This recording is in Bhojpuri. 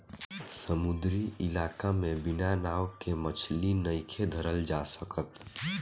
समुंद्री इलाका में बिना नाव के मछली नइखे धरल जा सकत